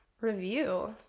review